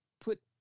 put